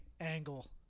angle